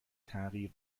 تغییر